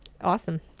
awesome